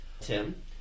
Tim